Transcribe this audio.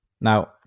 Now